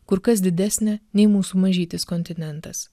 kur kas didesnę nei mūsų mažytis kontinentas